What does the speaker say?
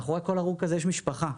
מאחורי כל הרוג כזה, יש משפחה.